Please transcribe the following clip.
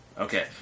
Okay